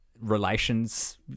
relations